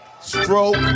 stroke